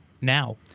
now